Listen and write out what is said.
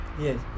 Yes